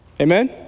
Amen